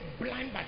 blind